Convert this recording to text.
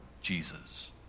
jesus